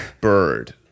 bird